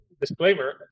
disclaimer